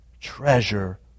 Treasure